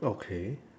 okay